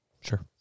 Sure